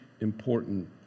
important